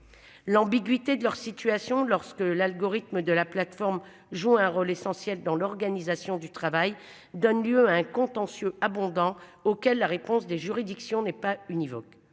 L'ambiguïté de leur situation lorsque l'algorithme de la plateforme joue un rôle essentiel dans l'organisation du travail donne lieu à un contentieux abondant auquel la réponse des juridictions n'est pas univoque.